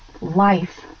life